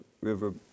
river